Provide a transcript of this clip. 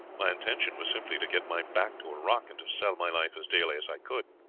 my intention was simply to get my back to a rock and to sell my life as dearly as i could,